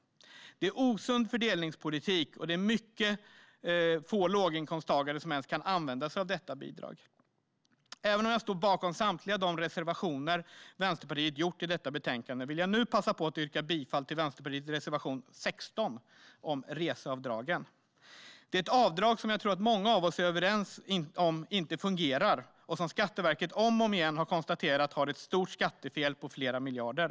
Det är osund fördelningspolitik, och det är mycket få låginkomsttagare som ens kan använda sig av detta bidrag. Även om jag står bakom samtliga de reservationer som Vänsterpartiet gjort i detta betänkande vill jag nu passa på att yrka bifall till Vänsterpartiets reservation 16, om reseavdragen. Jag tror att många av oss är överens om att detta avdrag inte fungerar, och Skatteverket har om och om igen konstaterat att det har ett stort skattefel på flera miljarder.